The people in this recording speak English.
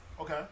Okay